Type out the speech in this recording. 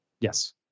Yes